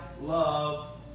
love